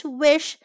wish